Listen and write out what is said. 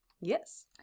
Yes